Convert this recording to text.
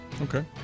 Okay